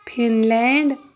Finland